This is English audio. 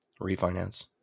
refinance